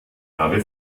habe